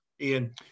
Ian